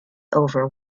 over